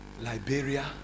Liberia